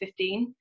2015